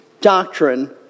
doctrine